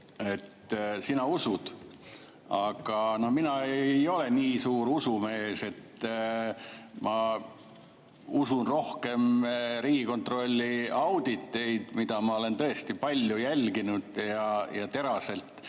sina usud. Aga mina ei ole nii suur usumees. Ma usun rohkem Riigikontrolli auditeid, mida ma olen tõesti palju teraselt